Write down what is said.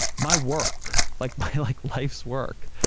my work, like my like life's work,